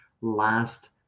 last